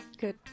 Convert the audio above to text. Good